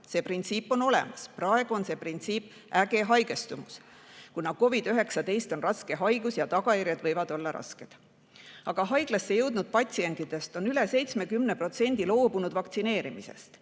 See printsiip on olemas. Praegu on see printsiip äge haigestumus. COVID-19 on raske haigus ja tagajärjed võivad olla rasked. Aga haiglasse jõudnud patsientidest on üle 70% enne loobunud vaktsineerimisest